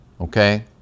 Okay